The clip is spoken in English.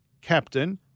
captain